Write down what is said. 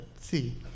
See